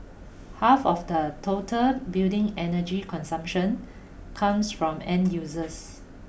half of the total building energy consumption comes from end users